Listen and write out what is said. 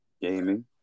gaming